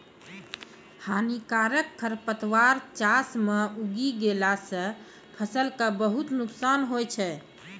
हानिकारक खरपतवार चास मॅ उगी गेला सा फसल कॅ बहुत नुकसान होय छै